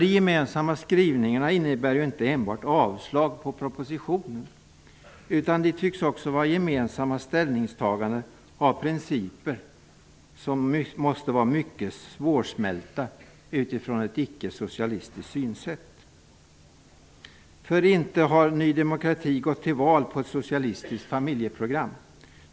De gemensamma skrivningarna innebär ju inte enbart ett avstyrkande av propositionen, utan de tycks också vara gemensamma ställningstaganden när det gäller principer som måste vara mycket svårsmälta utifrån ett icke-socialistiskt synsätt. Inte har Ny demokrati gått till val på ett socialistiskt familjeprogram!